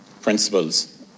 principles